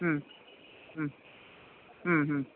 മ് മ് മ് മ്